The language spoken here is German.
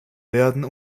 werden